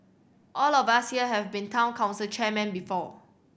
all of us here have been Town Council chairmen before